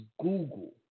Google